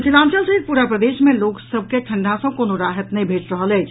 मिथिलांचल सहित पूरा प्रदेश मे लोक सभ के ठंडा सँ कोनो राहति नहि भेटि रहल अछि